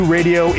Radio